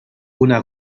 una